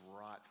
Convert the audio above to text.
right